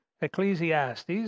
Ecclesiastes